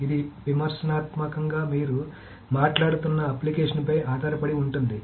ఇది విమర్శనాత్మకంగా మీరు మాట్లాడుతున్న అప్లికేషన్పై ఆధారపడి ఉంటుంది